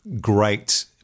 great